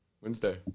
Wednesday